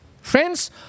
Friends